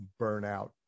burnout